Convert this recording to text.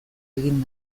egin